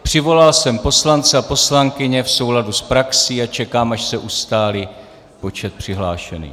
Přivolal jsem poslance a poslankyně v souladu s praxí a čekám, až se ustálí počet přihlášených.